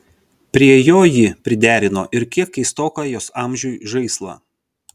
prie jo ji priderino ir kiek keistoką jos amžiui žaislą